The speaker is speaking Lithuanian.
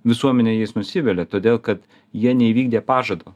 visuomenė jais nusivilia todėl kad jie neįvykdė pažado